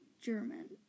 German